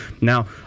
Now